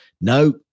No